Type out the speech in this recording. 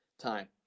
time